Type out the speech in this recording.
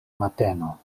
mateno